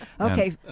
Okay